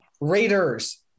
Raiders